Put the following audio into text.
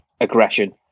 aggression